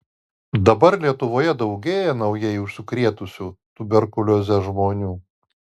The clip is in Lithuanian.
dabar lietuvoje daugėja naujai užsikrėtusių tuberkulioze žmonių